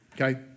Okay